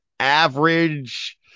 average